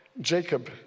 Jacob